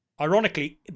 Ironically